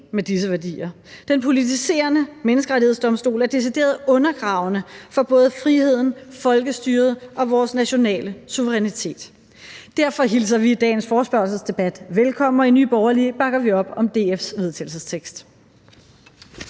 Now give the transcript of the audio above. med disse værdier. Den politiserende menneskerettighedsdomstol er decideret undergravende for både friheden, folkestyret og vores nationale suverænitet. Derfor hilser vi dagens forespørgselsdebat velkommen, og i Nye Borgerlige bakker vi op om DF's forslag til